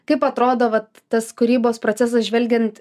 kaip atrodo vat tas kūrybos procesas žvelgiant